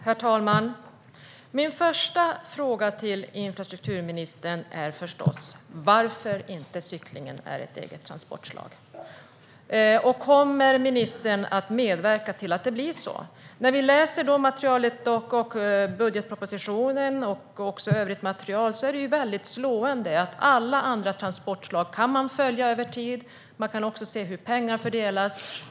Herr talman! Min första fråga till infrastrukturministern handlar förstås om varför cykling inte är ett eget transportslag. Kommer ministern att medverka till att det blir så? När vi läser budgetpropositionen och övrigt material är det slående hur man kan följa alla andra transportslag över tid. Man kan även se hur pengar fördelas.